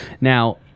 Now